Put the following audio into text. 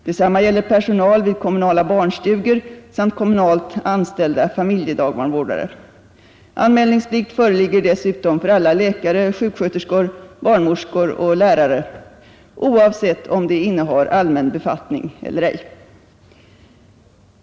Detsamma gäller personal vid kommuhandel m.m. nala barnstugor samt kommunalt anställda familjedagbarnvårdare. Anmälningsplikt föreligger dessutom för alla läkare, sjuksköterskor, barnmorskor och lärare, oavsett om de innehar allmän befattning eller ej.